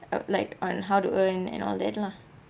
I like on how to earn and all that lah